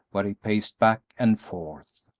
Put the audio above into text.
where he paced back and forth,